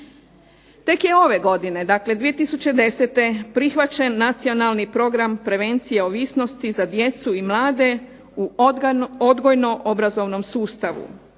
Tek je ove godine, dakle 2010. prihvaćen Nacionalni program prevencije ovisnosti za djecu i mlade u odgojno-obrazovnom sustavu